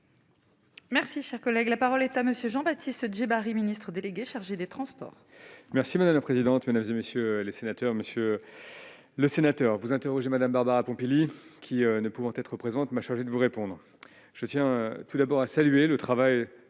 Merci, cher collègue, la parole est à monsieur Jean Baptiste Djebbari Ministre délégué chargé des Transports. Merci madame la présidente, mesdames et messieurs les sénateurs, monsieur le sénateur vous interrogez Madame Barbara Pompili qui ne pouvant être présente m'a chargée de vous répondre, je tiens tout d'abord à saluer le travail